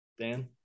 Dan